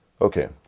Okay